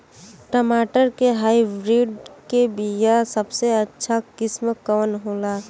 टमाटर के हाइब्रिड क बीया सबसे अच्छा किस्म कवन होला?